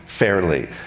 Fairly